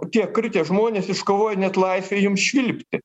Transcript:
tie kritę žmonės iškovojo net laisvę jums švilpti